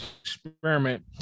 experiment